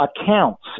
accounts